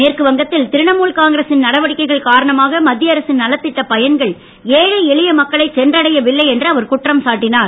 மேற்கு வங்கத்தில் திரிணாமுல் காங்கிரசின் நடவடிக்கைகள் காரணமாக மத்திய அரசின் நலத்திட்டப் பயன்கள் ஏழை எளிய மக்களை சென்றடைய வில்லை என்று அவர் குற்றம் சாட்டினார்